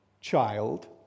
child